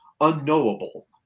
unknowable